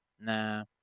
Nah